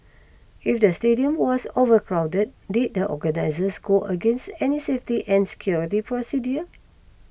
if the stadium was overcrowded did the organisers go against any safety and security procedures